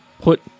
put